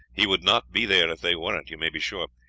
he would not be there if they weren't, you may be sure.